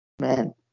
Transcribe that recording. Man